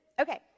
Okay